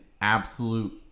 absolute